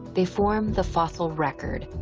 they form the fossil record,